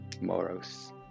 Moros